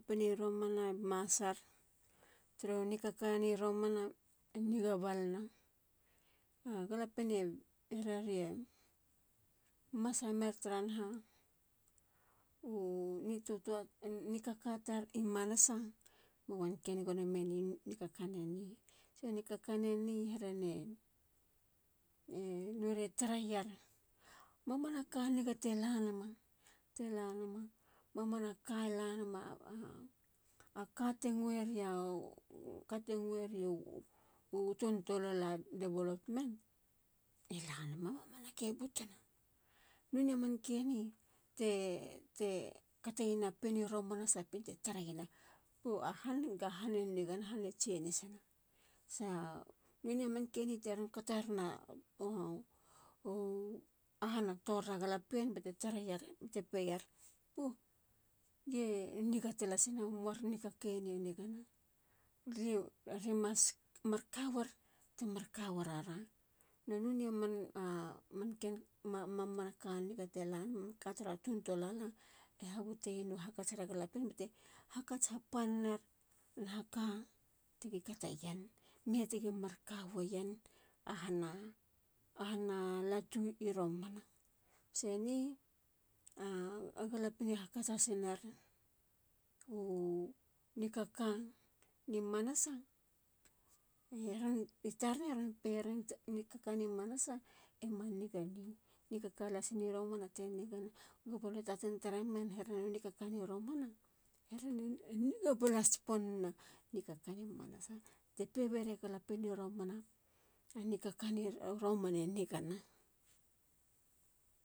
Pieni romane masar. tara nikakani romana e niga balana. a galapien e hererie masa mer tara naha. u nikka tar i manasa. ma wanken gono mene nikaka neni. so nikakaneni. e norie tareyer mamana ka niga te lanama. mamanaka e lanama. ka te ngueriu ton tolala development lanama. mamanake butuna. noneya manke eni te kateyena pien nini romana sa pien te tareyena. pooh. ahan. ga hane nigana. hane chenisina(changes). noneya manke ni teron kato rena u ahana torira galapien bate tareyer. bate peyer. pooh. ge niga talasina. mar nikakeni e nigana. remas marka wer temar kawirara. a mamana ka niga te lanama. manka tara ton tolala e habuteyenu hakatsira galapien bate hakats hapanir. nahaka tigi kateyen. me tigi markaweyen. ahana latu i romana. se ni. a galapiene hakats has ner nikakani manasa. i tar ali pe. nikakani manasa e manigane. nikakani romana te nigana. guba lue taten taaremen. herena a nikakani romana. herene a niga balats pon nena nikakani manasa. te peberia galapien i romana. a nikakani romane nigana.